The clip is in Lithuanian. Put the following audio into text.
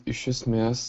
iš esmės